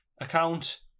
account